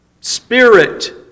spirit